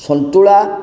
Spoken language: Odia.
ସନ୍ତୁଳା